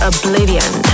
Oblivion